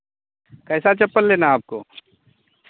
कैसा चप्पल लेना हे आपको